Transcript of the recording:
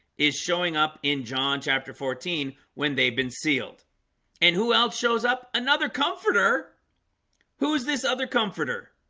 is showing up in john chapter fourteen when they've been sealed and who else shows up another comforter who's this other comforter?